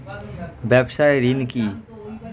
ব্যবসায় ঋণ কি?